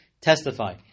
testify